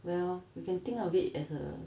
well we can think of it as a